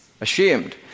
ashamed